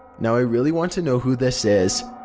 now i really want to know who this is,